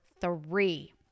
three